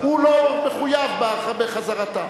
הוא לא יחויב בחזרתה.